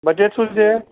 budget શું છે